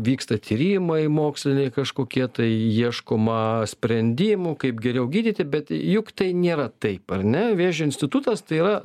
vyksta tyrimai moksliniai kažkokie tai ieškoma sprendimų kaip geriau gydyti bet juk tai nėra taip ar ne vėžio institutas tai yra